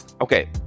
okay